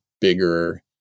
bigger